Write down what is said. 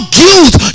guilt